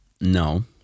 No